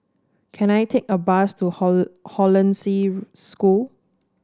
can I take a bus to Hollandse School